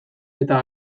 eta